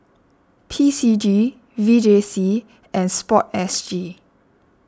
P C G V J C and Sport S G